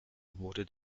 wurde